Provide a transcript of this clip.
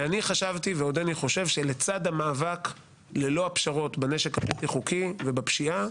ואני חשבתי ועודני חושב שלצד המאבק ללא הפשרות בנשק הבלתי חוקי ובפשיעה,